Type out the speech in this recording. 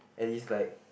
and is like